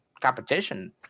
competition